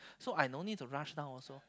so I don't need to rush down also